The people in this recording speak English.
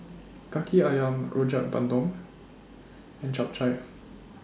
Kaki Ayam Rojak Bandung and Chap Chai